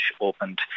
opened